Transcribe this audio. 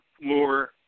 more